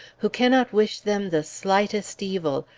who cannot wish them the slightest evil,